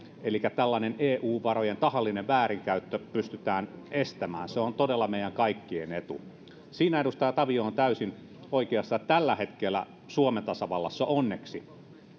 elikkä tällainen eu varojen tahallinen väärinkäyttö pystytään estämään se on todella meidän kaikkien etu siinä edustaja tavio on täysin oikeassa että tällä hetkellä suomen tasavallassa onneksi